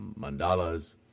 mandalas